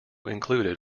included